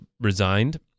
resigned